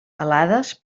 alades